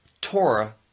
Torah